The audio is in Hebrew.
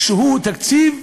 שהוא תקציב,